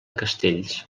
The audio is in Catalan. castells